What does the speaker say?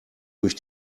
durch